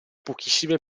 pochissime